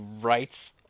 writes